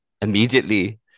immediately